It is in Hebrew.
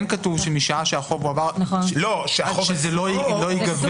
כתוב שמשעה שהחוק הועבר --- שזה לא ייגבה.